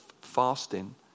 fasting